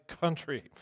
Country